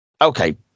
Okay